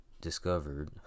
discovered